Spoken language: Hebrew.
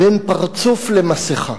בין פרצוף למסכה.